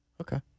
Okay